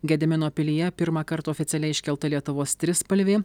gedimino pilyje pirmąkart oficialiai iškelta lietuvos trispalvė